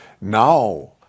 Now